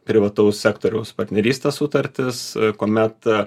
privataus sektoriaus partnerystės sutartys kuomet